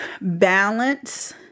balance